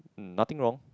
nothing wrong